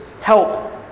help